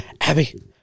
Abby